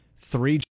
Three